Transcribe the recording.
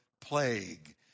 plague